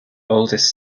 oldest